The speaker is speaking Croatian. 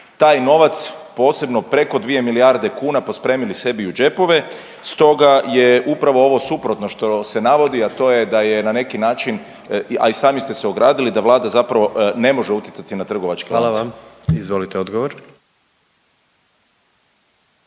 taj novac posebno preko dvije milijarde kuna pospremili sebi u džepove. Stoga je upravo ovo suprotno što se navodi, a to je da je na neki način, a i sami ste se ogradili da Vlada zapravo ne može utjecati na trgovačke lance. **Jandroković, Gordan